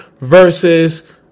versus